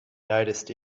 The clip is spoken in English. noticed